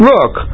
Look